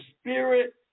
spirit